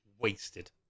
wasted